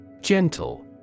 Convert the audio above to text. Gentle